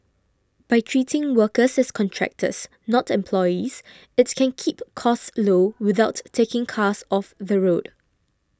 by treating workers as contractors not employees it can keep costs low without taking cars off the road